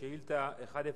שאילתא 1062,